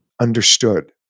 understood